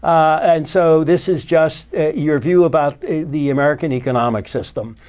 and so this is just your view about the american economic system.